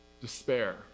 despair